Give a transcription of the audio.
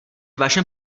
vašem